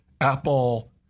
Apple